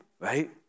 right